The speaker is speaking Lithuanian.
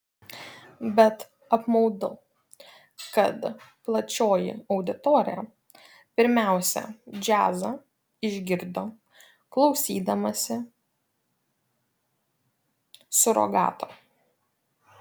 bet apmaudu kad plačioji auditorija pirmiausia džiazą išgirdo klausydamasi surogato